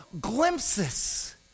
glimpses